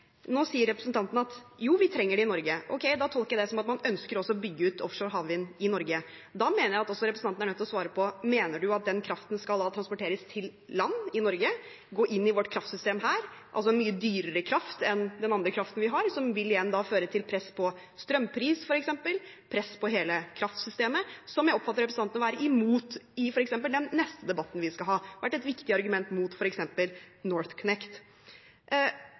Nå sier representanten at jo, vi trenger det i Norge. Ok, det tolker jeg som at man også ønsker å bygge ut offshore havvind i Norge. Da mener jeg at representanten også er nødt til å svare på om han mener at den kraften skal transporteres til land i Norge, gå inn i vårt kraftsystem her, altså mye dyrere kraft enn den andre kraften vi har, som igjen vil føre til press på strømpris f.eks., press på hele kraftsystemet, som jeg oppfatter representanten å være imot i f.eks. den neste debatten vi skal ha. Det har vært et viktig argument mot f.eks. NorthConnect.